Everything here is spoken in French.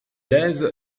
lève